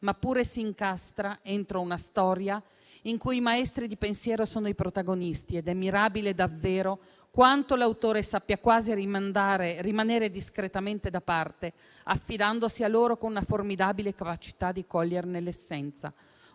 ma pure si incastra entro una storia in cui i maestri di pensiero sono i protagonisti ed è mirabile davvero quanto l'autore sappia quasi rimanere discretamente da parte affidandosi a loro con una formidabile capacità di coglierne l'essenza.